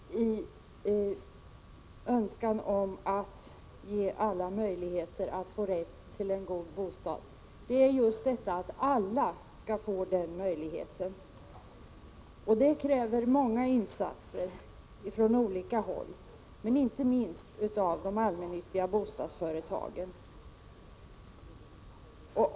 Herr talman! Jag måste säga några ord om de allmännyttiga bostadsföretagens roll i det sociala boendet. Det viktigaste men också det svåraste i strävandena att ge alla möjlighet till en god bostad är just målet att alla skall få denna möjlighet. Det kräver många insatser från olika håll, inte minst från de allmännyttiga bostadsföretagen.